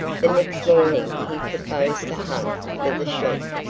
the next morning he proposed to hunt for the sheik,